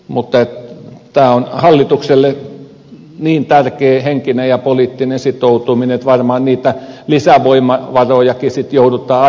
mutta tämä on hallitukselle niin tärkeä henkinen ja poliittinen sitoutuminen että varmaan niitä lisävoimavarojakin sitten joudutaan arvioimaan